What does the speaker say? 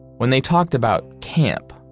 when they talked about camp,